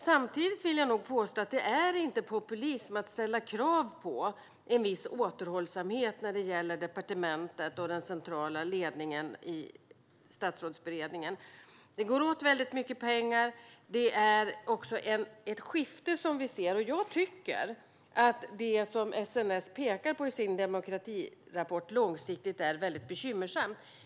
Samtidigt vill jag påstå att det inte är populism att ställa krav på en viss återhållsamhet när det gäller departementen och den centrala ledningen i Statsrådsberedningen. Det går åt väldigt mycket pengar. Vi ser också ett skifte. Jag tycker att det som SNS pekar på i sin demokratirapport långsiktigt är mycket bekymmersamt.